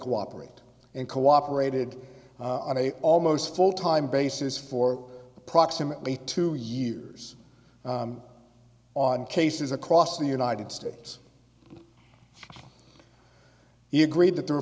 cooperate and cooperated on a almost full time basis for approximately two years on cases across the united states he agreed that there were